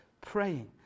Praying